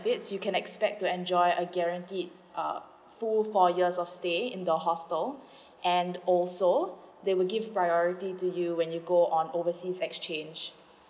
you can expect to enjoy a guaranteed a full four years of stay in the hostel and also they will give priority to you when you go on overseas exchange